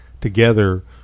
together